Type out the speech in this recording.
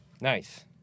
Nice